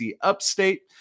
Upstate